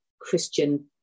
Christian